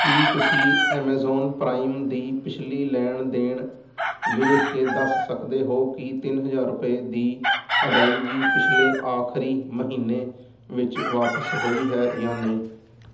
ਕੀ ਤੁਸੀਂਂ Amazon Prime ਦੀ ਪਿਛਲੀ ਲੈਣ ਦੇਣ ਵੇਖ ਕੇ ਦੱਸ ਸਕਦੇ ਹੋ ਕਿ ਤਿੰਨ ਹਜ਼ਾਰ ਰੁਪਏ ਦੀ ਅਦਾਇਗੀ ਪਿਛਲੇ ਆਖਰੀ ਮਹੀਨੇ ਵਿੱਚ ਵਾਪਸ ਹੋਈ ਹੈ ਜਾਂ ਨਹੀਂ